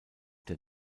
der